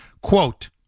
Quote